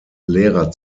lehrer